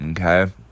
okay